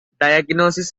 diagnosis